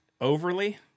overly